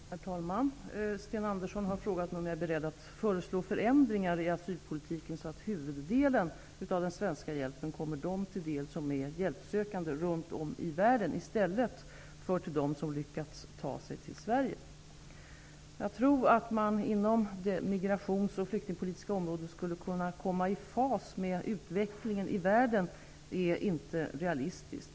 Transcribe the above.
Herr talman! Sten Andersson har frågat mig om jag är beredd att föreslå förändringar i asylpolitiken så att huvuddelen av den svenska hjälpen kommer dem till del som är hjälpsökande runt om i världen, i stället för till dem som lyckats ta sig till Sverige. Att tro att man inom det migrations och flyktingpolitiska området skulle kunna ''komma i fas'' med utvecklingen i världen är inte realistiskt.